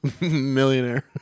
Millionaire